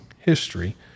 history